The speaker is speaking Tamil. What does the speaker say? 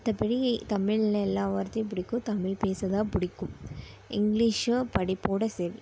மத்தபடி தமிழில் எல்லா வார்த்தையும் பிடிக்கும் தமிழ் பேசதான் பிடிக்கும் இங்கிலீஷ் படிப்போடு சரி